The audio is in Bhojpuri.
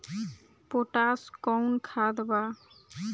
पोटाश कोउन खाद बा?